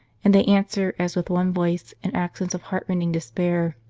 and they answer as with one voice in accents of heartrending despair